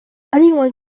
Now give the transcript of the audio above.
anyone